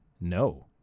No